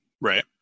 right